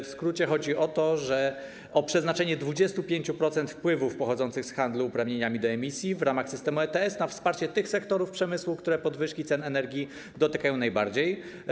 W skrócie chodzi o przeznaczanie 25% wpływów pochodzących z handlu uprawnieniami do emisji w ramach systemu ETS na wsparcie tych sektorów przemysłu, które podwyżki cen energii dotykają najbardziej.